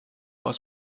aus